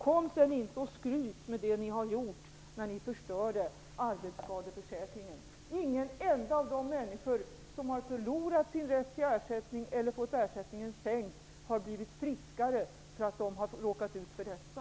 Kom då inte och skryt med det ni har gjort när ni förstörde arbetsskadeförsäkringen. Ingen enda av de människor som har förlorat sin rätt till ersättning eller fått ersättningen sänkt har blivit friskare av att de har råkat ut för detta.